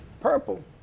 Purple